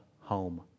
home